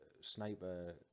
sniper